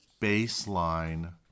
baseline